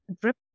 drip